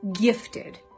gifted